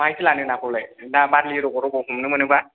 माहायथो लानो नाखौलाय दा बार्लि रग' रग' मोनो बा